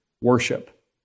worship